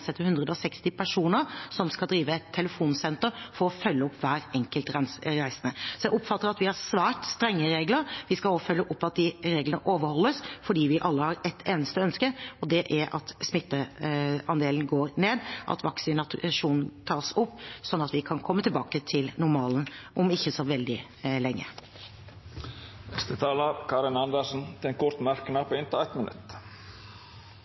personer som skal drive telefonsenter for å følge opp hver enkelt reisende. Så jeg oppfatter at vi har svært strenge regler. Vi skal også følge opp at de reglene overholdes, for vi har alle et eneste ønske, og det er at smitteandelen går ned, og at vaksinasjonen tas opp, slik at vi kan komme tilbake til normalen om ikke så veldig lenge. Representanten Karin Andersen har hatt ordet to gonger tidlegare og får ordet til ein kort merknad, avgrensa til 1 minutt.